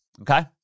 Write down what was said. Okay